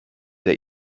der